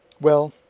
Well